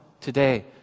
today